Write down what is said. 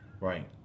Right